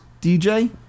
DJ